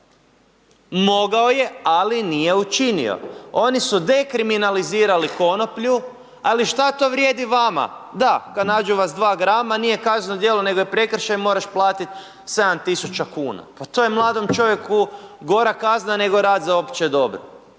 mogao je ali nije učinio, oni su dekriminalizirali konoplju ali šta to vrijedi vama, da, kad nađu vas 2 grama nije kazneno djelo, nego je prekršaj, moraš platiti 7.000 kuna, pa to je mladom čovjeku gora kazna nego rad za opće dobro